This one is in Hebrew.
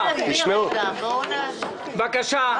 בבקשה.